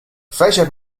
fece